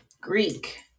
Greek